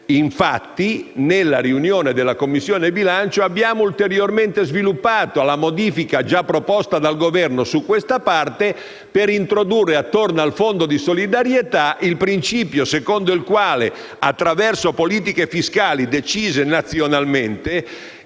eccessivamente rigide. Nella Commissione bilancio abbiamo ulteriormente sviluppato la modifica già proposta dal Governo su questa parte per introdurre, attorno al fondo di solidarietà, il principio secondo il quale, attraverso politiche fiscali decise nazionalmente,